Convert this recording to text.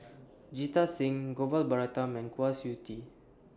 Jita Singh Gopal Baratham and Kwa Siew Tee